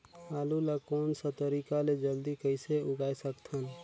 आलू ला कोन सा तरीका ले जल्दी कइसे उगाय सकथन?